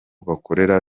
bakorera